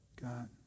God